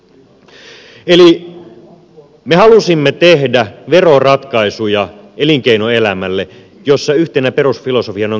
eli me halusimme tehdä elinkeinoelämälle veroratkaisuja joissa yhtenä perusfilosofiana on kannustavuus